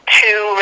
two